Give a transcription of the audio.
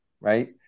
Right